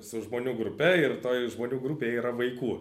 su žmonių grupe ir toj žmonių grupėj yra vaikų